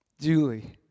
Julie